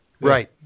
Right